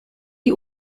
die